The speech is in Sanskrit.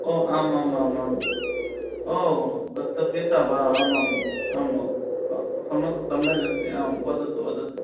ओ आम् आम् आम् आम् ओ तत्र वा आम् आम् आं सम्यग् सम्यग् अस्ति आं वदतु वदतु